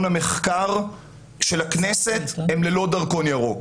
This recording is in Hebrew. המחקר של הכנסת הם ללא דרכון ירוק.